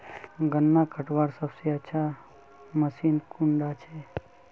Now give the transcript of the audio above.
गन्ना कटवार सबसे अच्छा मशीन कुन डा छे?